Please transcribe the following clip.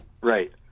Right